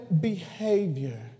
behavior